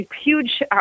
huge